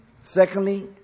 Secondly